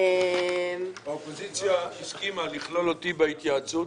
האופוזיציה הסכימה לכלול אותי בהתייעצות